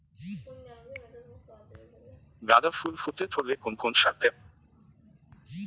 গাদা ফুল ফুটতে ধরলে কোন কোন সার দেব?